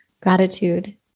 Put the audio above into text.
gratitude